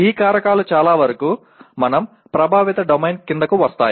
ఈ కారకాలు చాలా వరకు మనం ప్రభావిత డొమైన్ క్రిందకి వస్తాయి